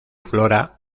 flora